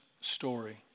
story